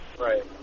right